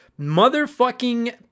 motherfucking